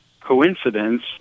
coincidence